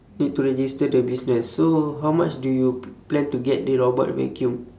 need to register the business so how much do you p~ plan to get the robot vacuum